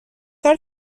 کار